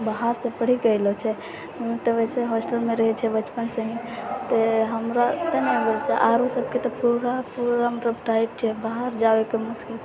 बाहरसँ पढ़िके अयलो छै हम तऽ वैसे होस्टलमे रहै छियै बचपनेसँ हि तऽ हमरा तऽ नहि बुझा आरो सभके तऽ पूरा पूरा मतलब टाइट छै बाहर जावैके मस्किल